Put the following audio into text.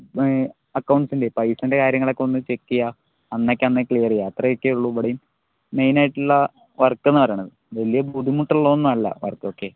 ആ അക്കൌണ്ട്സിൻ്റെ പൈസയുടെ കാര്യങ്ങളൊക്കെ ഒന്ന് ചെക്ക് ചെയ്യുക എന്തൊക്കെ ആണെന്ന് ക്ലിയർ ചെയ്യുക ഇത്രെയൊക്കെ ഉള്ളൂ ഇവിടെയും മെയിന് ആയിട്ടുള്ള വർക്ക് എന്ന് പറയുന്നത് വലിയ ബുദ്ധിമുട്ട് ഉള്ളതൊന്നും അല്ല